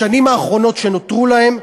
בשנים האחרונות שנותרו להם,